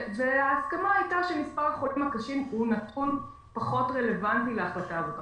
ההסכמה הייתה שמספר החולים הקשים הוא נתון פחות רלוונטי להחלטה זאת.